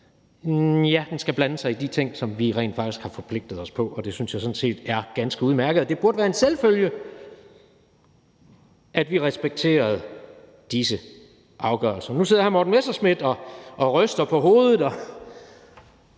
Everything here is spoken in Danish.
Ja, den skal blande sig i de ting, som vi rent faktisk har forpligtet os på. Det synes jeg sådan set er ganske udmærket, og det burde være en selvfølge, at vi respekterede disse afgørelser. Nu sidder hr. Morten Messerschmidt og ryster på hovedet, og